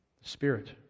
Spirit